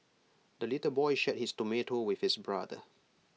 the little boy shared his tomato with his brother